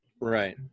Right